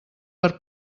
per